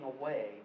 away